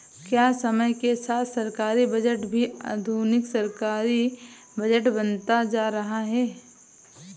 क्या समय के साथ सरकारी बजट भी आधुनिक सरकारी बजट बनता जा रहा है?